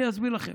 אני אסביר לכם: